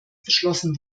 beschlossen